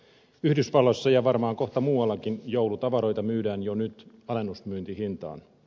yhdysvalloissa ja varmaan kohta muuallakin joulutavaroita myydään jo nyt alennusmyyntihintaan